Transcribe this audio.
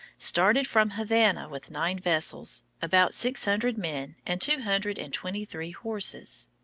started from havana with nine vessels, about six hundred men, and two hundred and twenty-three horses.